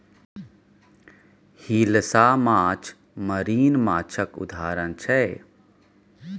हिलसा माछ मरीन माछक उदाहरण छै